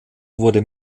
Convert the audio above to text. wurde